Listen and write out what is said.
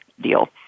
deal